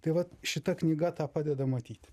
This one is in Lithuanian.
tai vat šita knyga tą padeda matyti